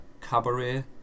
cabaret